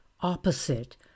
opposite